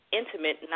intimate